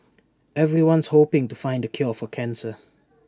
everyone's hoping to find the cure for cancer